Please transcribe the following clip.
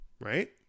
right